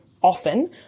often